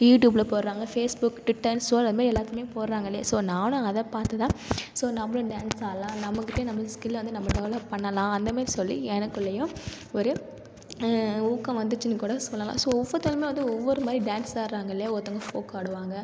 யூடியூப்பில் போடுறாங்க Facebook Twitter so அதுமாரி எல்லாத்துலையும் போடுறாங்க இல்லையா ஸோ நானும் அதைப்பாத்து தான் ஸோ நம்மளும் டான்ஸ் ஆடலாம் நம்மக்கிட்டையும் நம்ம ஸ்கிலில் வந்து நம்ம டெவலப் பண்ணலாம் அந்தமாரி சொல்லி எனக்குள்ளையும் ஒரு ஊக்கம் வந்துச்சின்னு கூட சொல்லலாம் ஸோ ஒவ்வொருத்தருமே வந்து ஒவ்வொரு மாதிரி டான்ஸ் ஆடுறாங்க இல்லையா ஒருத்தங்கள் ஃபோக் ஆடுவாங்கள்